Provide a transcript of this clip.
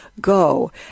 go